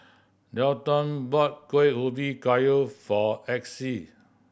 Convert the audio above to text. Delton bought Kuih Ubi Kayu for Exie